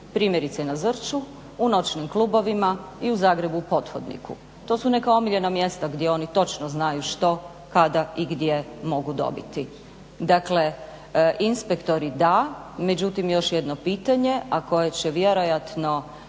primjerice na Zrću u noćnim klubovima i u Zagrebu u pothodniku, to su neka omiljena mjesta gdje oni točno znaju, što, kada i gdje mogu dobiti. Dakle, inspektori da, međutim još jedno pitanje a koje će vjerojatno